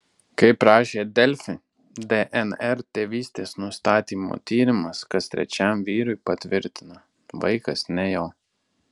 kaip rašė delfi dnr tėvystės nustatymo tyrimas kas trečiam vyrui patvirtina vaikas ne jo